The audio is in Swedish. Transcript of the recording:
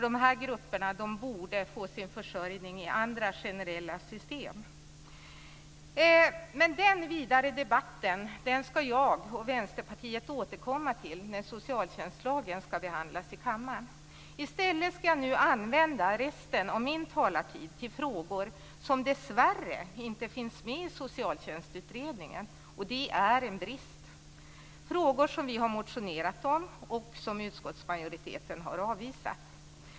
Dessa grupper borde få sin försörjning i andra generella system. Den vidare debatten ska jag och Vänsterpartiet återkomma till när socialtjänstlagen ska behandlas i kammaren. I stället ska jag nu använda resten av min talartid till frågor som dessvärre inte finns med i Socialtjänstutredningen. Det är en brist. Det är frågor som vi har motionerat om och som utskottsmajoriteten har avvisat.